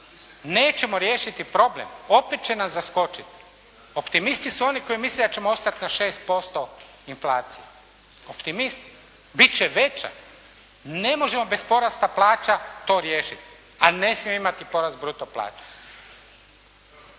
nećemo riješiti problem. Opet će nas zaskočiti. Optimisti su oni koji misle da ćemo ostati na 6% inflacije, optimisti. Bit će veća. Ne možemo bez porasta plaća to riješiti, a ne smijemo imati porast bruto plaća.